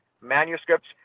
manuscripts